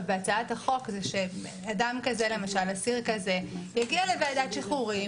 בהצעת החוק היא שאסיר כזה יגיע לוועדת שחרורים,